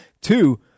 two